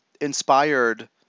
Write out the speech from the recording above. inspired